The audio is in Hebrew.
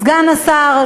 סגן השר,